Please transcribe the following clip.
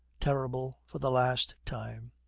terrible for the last time.